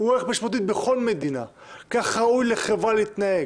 הוא ערך משמעותי בכל מדינה, כך ראוי לחברה להתנהג,